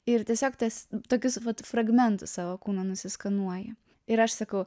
ir tiesiog tas tokius vat fragmentus savo kūno nusiskanuoji ir aš sakau